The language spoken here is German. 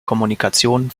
kommunikation